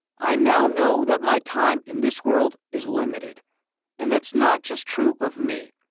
i now know that my time in this world is limited and that's not just true of me,